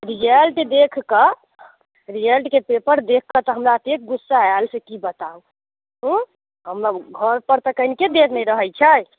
result देखि कऽ रिजल्टके पेपर देखि कऽ तऽ हमरा एते गुस्सा आयल से की बताउ ओ मतलब घर पर तऽ कनिके देर ने रहैत छै